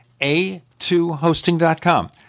a2hosting.com